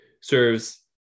serves